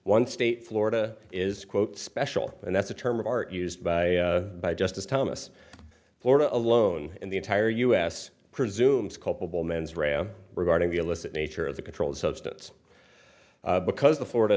one state florida is quote special and that's a term of art used by by justice thomas florida alone in the entire us presumes culpable mens rea regarding the illicit nature of the controlled substance because the florida